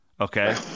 Okay